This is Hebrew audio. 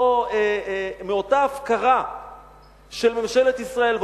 מאותה הפקרה של ממשלת ישראל,